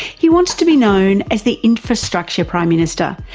he wants to be known as the infrastructure prime minister,